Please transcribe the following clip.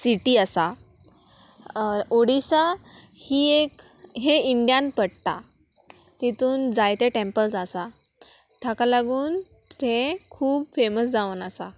city आसा ओडिसा ही एक हें इंडियान पडटा तितून जायते टॅम्पल्स आसा ताका लागून तें खूब फेमस जावन आसा